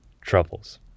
troubles